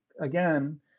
again